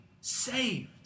saved